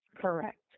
Correct